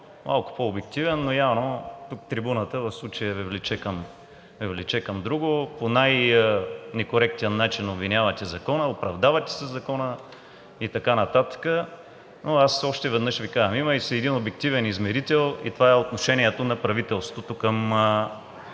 малко по-обективен, но явно тук трибуната в случая Ви влече към друго – по най некоректен начин обвинявате Закона, оправдавате се със Закона и така нататък. Но аз още веднъж Ви казвам, че има един субективен измерител и това е отношението на правителството към